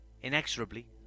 inexorably